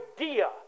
idea